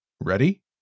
Ready